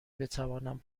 بتوانم